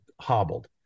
hobbled